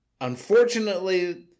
Unfortunately